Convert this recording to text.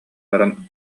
баран